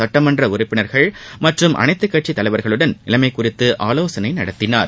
சுட்டமன்ற உறுப்பினர்கள் மற்றும் அனைத்துக்கட்சி தலைவர்களுடன் நிலைமை குறித்து ஆலோசனை நடத்தினார்